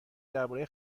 درباره